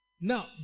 now